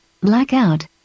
Blackout